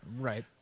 Right